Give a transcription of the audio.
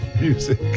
music